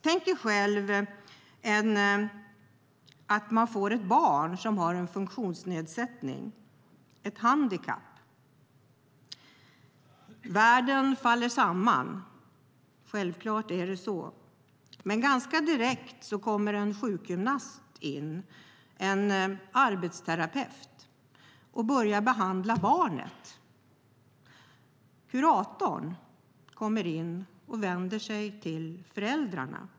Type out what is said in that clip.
Tänk er själva att man får ett barn som har en funktionsnedsättning - ett handikapp. Världen faller samman; självklart är det så. Men ganska direkt kommer en sjukgymnast - en arbetsterapeut - in och börjar behandla barnet. Kuratorn kommer in och vänder sig till föräldrarna.